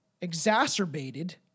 exacerbated